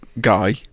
guy